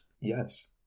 Yes